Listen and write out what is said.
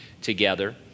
together